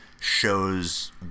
shows